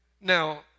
Now